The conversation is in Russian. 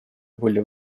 были